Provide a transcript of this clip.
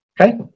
Okay